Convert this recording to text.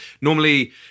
Normally